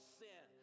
sin